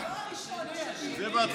לא הראשון, יהיה השני, זה בהתחלה.